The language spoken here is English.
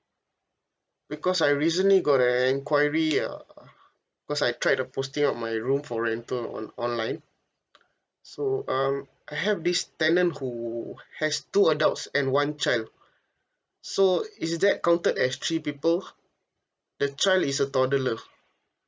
because I recently got an enquiry uh cause I tried the posting of my room for rental on online so um I have this tenant who has two adults and one child so is that counted as three people the child is a toddler